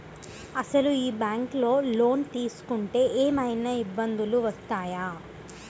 అసలు ఈ బ్యాంక్లో లోన్ తీసుకుంటే ఏమయినా ఇబ్బందులు వస్తాయా?